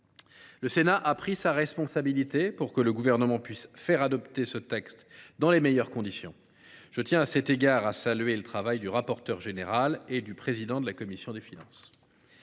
Le Sénat a pris ses responsabilités pour que le Gouvernement puisse faire adopter ce texte dans les meilleures conditions. Je tiens à remercier, à cet égard, le travail du rapporteur général et du président de la commission des finances.